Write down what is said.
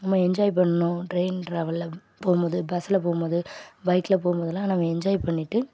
நம்ம என்ஜாய் பண்ணணும் ட்ரெயின் ட்ராவலில் போகும்போது பஸ்ஸில் போகும்போது பைக்கில் போகும்போதுலாம் நம்ம என்ஜாய் பண்ணிகிட்டு